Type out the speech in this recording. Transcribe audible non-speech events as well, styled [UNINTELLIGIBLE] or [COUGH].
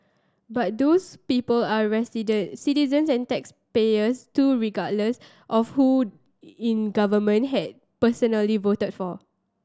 but those people are [UNINTELLIGIBLE] citizens and taxpayers too regardless of who in government [UNINTELLIGIBLE] personally voted for